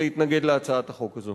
להתנגד להצעת החוק הזו.